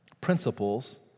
principles